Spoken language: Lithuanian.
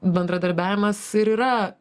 bendradarbiavimas ir yra